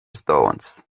stones